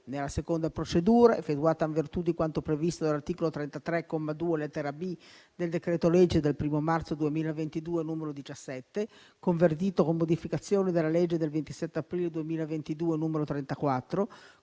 La seconda procedura è stata effettuata in virtù di quanto previsto dall'articolo 33, comma 2, lettera *b)*, del decreto-legge del 1° marzo 2022, n. 17, convertito con modificazioni dalla legge del 27 aprile 2022, n. 34,